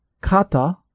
kata